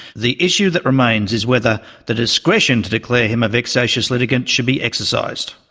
the issue that remains is whether the discretion to declare him a vexatious litigant should be exercised.